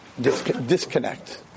Disconnect